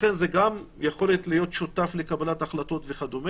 לכן, זו גם היכולת להיות שותף לקבלת החלטות וכדו',